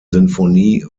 sinfonie